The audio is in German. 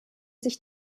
sich